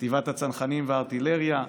חטיבת הצנחנים והארטילריה,